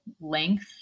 length